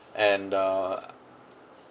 and the